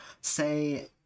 Say